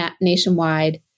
nationwide